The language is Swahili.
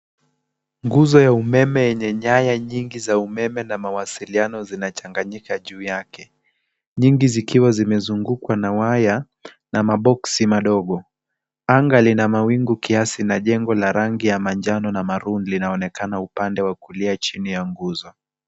Nguzo ya umeme yenye nyaya nyingi za umeme na mawasiliano zinachanganyika juu yake, nyingi zikiwa zimezungukwa na waya, na maboksi madogo. Anga lina mawingu kiasi na jengo la rangi ya manjano na maroon linaonekana upande wa kulia chini ya nguzo.